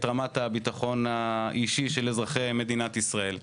רמת הביטחון האישי של אזרחי מדינת ישראל.